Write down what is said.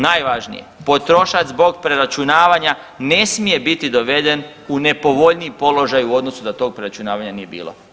Najvažnije potrošač zbog preračunavanja ne smije biti doveden u nepovoljniji položaj u odnosu da tog preračunavanja nije bilo.